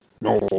no